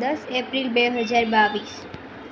દસ એપ્રિલ બે હજાર બાવીસ